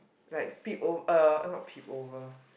like peek over like not peek over